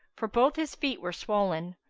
for both his feet were swollen.